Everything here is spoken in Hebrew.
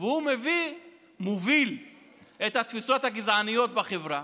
והוא מוביל את התפיסות הגזעניות בחברה,